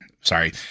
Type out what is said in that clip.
sorry